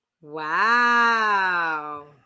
Wow